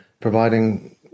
providing